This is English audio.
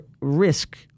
risk